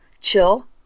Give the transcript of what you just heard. Chill